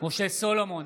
משה סולומון,